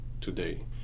today